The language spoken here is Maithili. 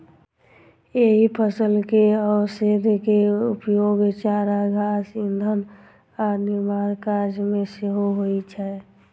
एहि फसल के अवशेष के उपयोग चारा, घास, ईंधन आ निर्माण कार्य मे सेहो होइ छै